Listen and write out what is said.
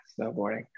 snowboarding